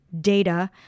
Data